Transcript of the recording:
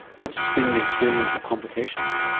what's been the experience of complications?